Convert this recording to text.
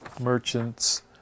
merchants